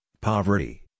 poverty